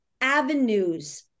avenues